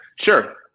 Sure